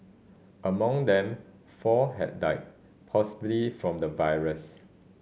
among them four have died possibly from the virus